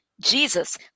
Jesus